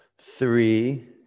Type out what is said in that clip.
Three